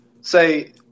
say